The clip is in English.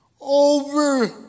over